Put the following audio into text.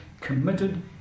committed